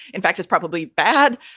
in fact, it's probably bad.